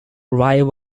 wright